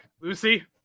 Lucy